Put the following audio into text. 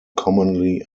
commonly